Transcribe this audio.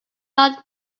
not